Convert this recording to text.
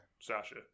Sasha